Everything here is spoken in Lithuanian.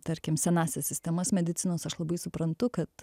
tarkim senąsias sistemas medicinos aš labai suprantu kad